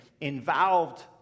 involved